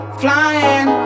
flying